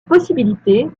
possibilité